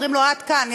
אומרים לו: עד כאן.